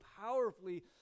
powerfully